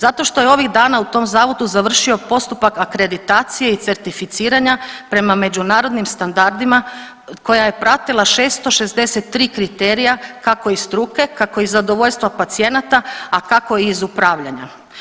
Zato što je ovih dana u tom zavodu završio postupak akreditacije i certificiranja prema međunarodnim standardima koja je pratila 663 kriterija kako iz struke, kako i zadovoljstva pacijenata, a kako iz upravljanja.